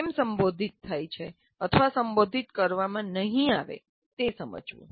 કેમ સંબોધિત થાય છે સંબોધિત કરવામાં નહીં આવે તે સમજવું